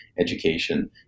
education